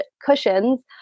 cushions